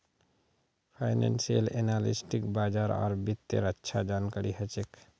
financial एनालिस्टक बाजार आर वित्तेर अच्छा जानकारी ह छेक